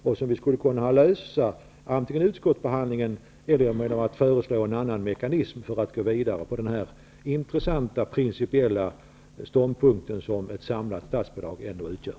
Det skulle kunna rättas till antingen i utskottsbehandlingen eller genom att föreslå en annan mekanism för att arbeta vidare på den intressanta ståndpunkt som ett samlat statsbidrag ändå utgör.